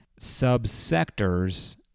subsectors